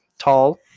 Tall